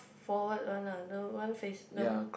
forward one ah no one face no